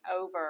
over